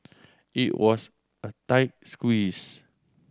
it was a tight squeeze